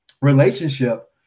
relationship